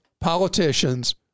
politicians